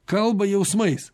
kalba jausmais